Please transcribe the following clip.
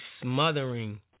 smothering